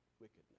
wickedness